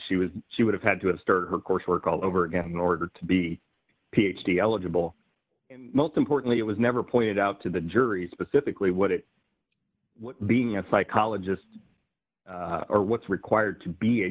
she was she would have had to have started her coursework all over again in order to be a ph d eligible most importantly it was never pointed out to the jury specifically what it was being a psychologist or what's required to be a